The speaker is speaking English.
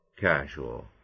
casual